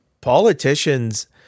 politicians